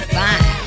fine